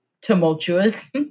tumultuous